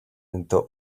into